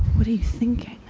what do you think?